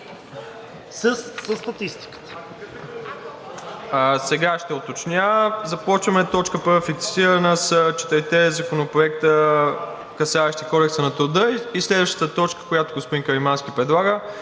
Сега ще уточня. Започваме с точка първа, фиксирана, с четирите законопроекта, касаещи Кодекса на труда, и следващата точка, която господин Каримански предлага,